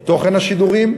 את תוכן השידורים,